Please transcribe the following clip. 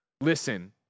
listen